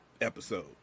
episode